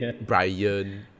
Brian